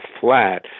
flat